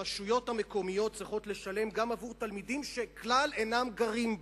הרשויות המקומיות צריכות לשלם גם עבור תלמידים שכלל אינם גרים בה.